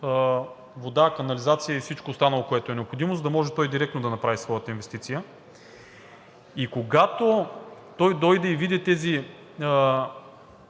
вода, канализация и всичко останало, което е необходимо, за да може той директно да направи своята инвестиция. Когато той дойде и види тези